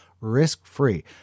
risk-free